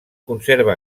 conserva